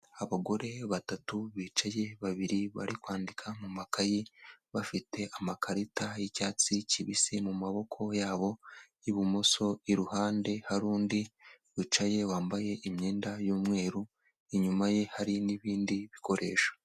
Abagore batatu bicaye, babiri bari kwandika mu makaye, bafite amakarita y'icyatsi kibisi, mu maboko yabo y'ibumoso iruhande hari undi wicaye wambaye imyenda y'umweru, inyuma ye hari n'ibindi bikoresho.